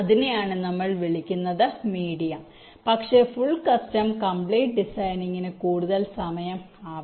അതിനെയാണ് നമ്മൾ വിളിക്കുന്നത് മീഡിയം പക്ഷേ ഫുൾ കസ്റ്റം കമ്പ്ലീറ്റ് ഡിസൈനിനു കൂടുതൽ സമയം ആവശ്യമാണ്